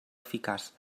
eficaç